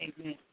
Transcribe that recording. Amen